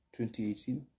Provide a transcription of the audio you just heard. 2018